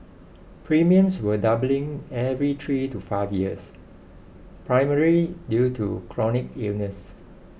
premiums were doubling every three to five years primarily due to chronic illnesses